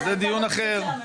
וזה דיון אחר.